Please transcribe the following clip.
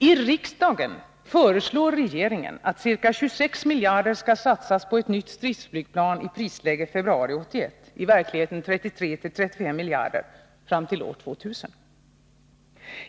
I riksdagen föreslår regeringen att ca 26 miljarder skall satsas på ett nytt stridsflygplan i prisläge februari 1981, i verkligheten 33-35 miljarder fram till år 2000.